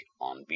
on